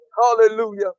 Hallelujah